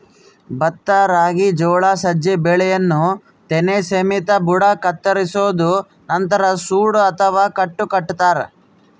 ಭತ್ತ ರಾಗಿ ಜೋಳ ಸಜ್ಜೆ ಬೆಳೆಯನ್ನು ತೆನೆ ಸಮೇತ ಬುಡ ಕತ್ತರಿಸೋದು ನಂತರ ಸೂಡು ಅಥವಾ ಕಟ್ಟು ಕಟ್ಟುತಾರ